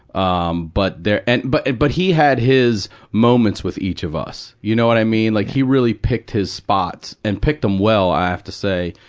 um, but there, and but and but he had his moments with each of us. you know what i mean? like, he really picked his spots and picked them well, i have to say.